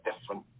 different